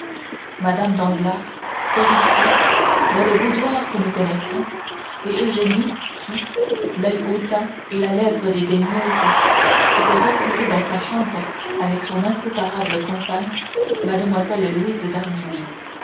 mme danglars terrifiée dans le boudoir que nous connaissons et eugénie qui l'oeil hautain et la lèvre dédaigneuse s'était retirée dans sa chambre avec son inséparable compagne mlle louise